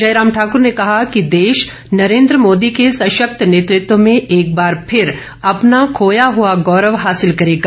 जयराम ठाकर ने कहा कि देश नरेन्द्र मोदी के सशक्त नेतृत्व में एक बार फिर अपना खोया हुआ गौरव हासिल करेगा